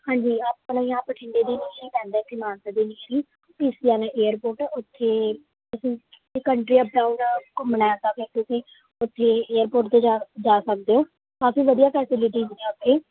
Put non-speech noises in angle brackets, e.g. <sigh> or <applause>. ਹਾਂਜੀ ਆਪਣੇ ਆ ਬਠਿੰਡੇ ਦੇ ਨੀਅਰ ਹੀ ਪੈਂਦੇ ਮਾਨਸੇ ਦੇ ਨੀਅਰ ਹੀ <unintelligible> ਏਅਰਪੋਰਟ ਉੱਥੇ <unintelligible> ਘੁੰਮਣਾ ਹੈ ਤਾਂ ਫਿਰ ਤੁਸੀਂ ਉੱਥੇ ਏਅਰਪੋਰਟ 'ਤੇ ਜਾ ਜਾ ਸਕਦੇ ਹੋ ਕਾਫ਼ੀ ਵਧੀਆ ਫੈਸੀਲੀਟੀ ਹੁੰਦੀ ਹੈ ਉੱਥੇ